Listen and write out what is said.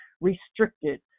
restricted